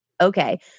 okay